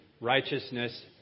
righteousness